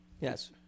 Yes